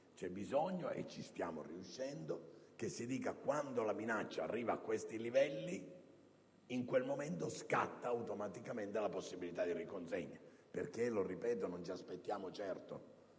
C'è bisogno, e ci stiamo riuscendo, che si stabilisca che, quando la minaccia arriva a questi livelli, in quel momento scatta automaticamente la possibilità di riconsegna. Ripeto, infatti, che non ci aspettiamo certo